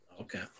okay